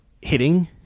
hitting